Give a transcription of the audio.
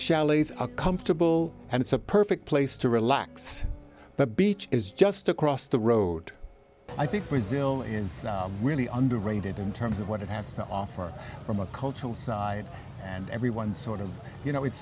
chalets are comfortable and it's a perfect place to relax but beach is just across the road i think brazil really under rated in terms of what it has to offer from a cultural side and everyone sort of you know it's